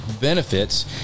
benefits